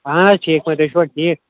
اَہَن حظ ٹھیٖک پٲٹھی تُہۍ چھوا ٹھیٖک